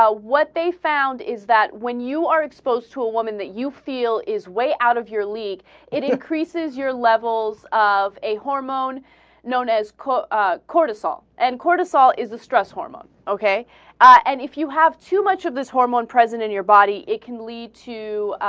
ah what they found is that when you are exposed to a woman that you feel is way out of your leak it increases your levels of a hormone known as car ah. cortisol and headquarters saw is a stress hormone okay and if you have too much of this hormone president your body it can lead to ah.